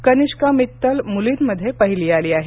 कनिष्का मित्तल मुलींमध्ये पहिली आली आहे